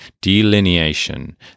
delineation